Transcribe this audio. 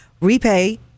repay